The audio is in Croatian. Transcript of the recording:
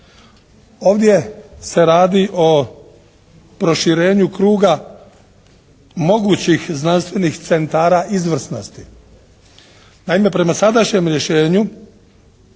Ovdje se radi o proširenju kruga mogućih znanstvenih centara izvrsnosti. Naime, prema sadašnjem rješenju